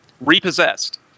Repossessed